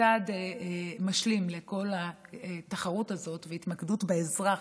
וכצעד משלים לכל התחרות הזאת וההתמקדות באזרח,